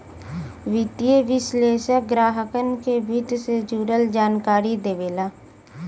वित्तीय विश्लेषक ग्राहकन के वित्त से जुड़ल जानकारी देवेला